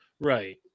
Right